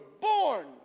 born